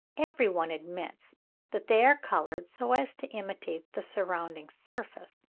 every one admits that they are coloured so as to imitate the surrounding surface.